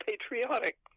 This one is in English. patriotic